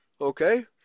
Okay